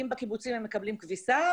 אם בקיבוצים הם מקבלים כביסה,